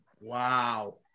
Wow